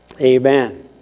Amen